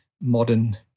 modern